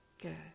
Good